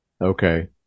Okay